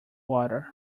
water